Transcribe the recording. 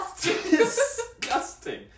Disgusting